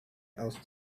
else